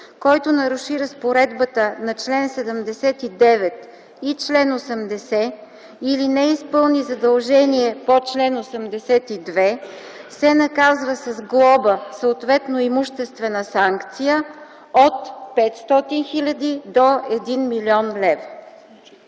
Който наруши разпоредбата на чл. 79 и чл. 80 или не изпълни задължение по чл. 82, се наказва с глоба, съответно имуществена санкция от 500 000 до 1 000 000 лв.”